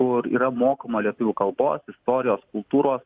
kur yra mokoma lietuvių kalbos istorijos kultūros